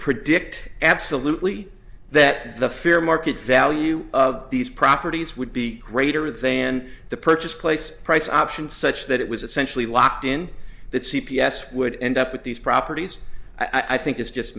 predict absolutely that the fair market value of these properties would be greater than the purchase place price option such that it was essentially locked in that c p s would end up with these properties i think it's just a